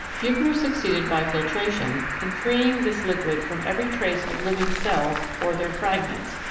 buchner succeeded by nitration in freeing this liquid from every trace of living cells or their fragments,